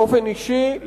באופן אישי,